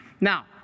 Now